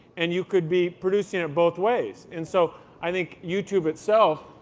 and you could be producing it both ways. and so i think youtube itself,